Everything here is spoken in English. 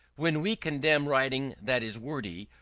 when we condemn writing that is wordy,